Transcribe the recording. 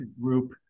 group